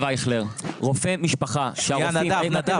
אם אתם